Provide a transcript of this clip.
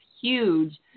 huge